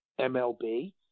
MLB